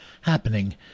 happening